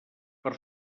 per